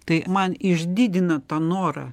tai man išdidina tą norą